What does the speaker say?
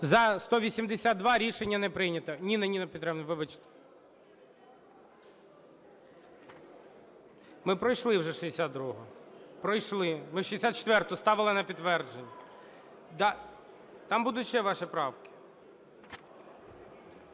За-182 Рішення не прийнято. Ніна Петрівна, вибачте. Ми пройшли вже 62-у, пройшли. Ми 64-у ставили на підтвердження, там будуть ще ваші правки.